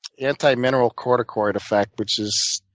anti-mineral corticoid effect, which is